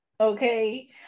okay